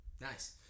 Nice